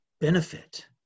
benefit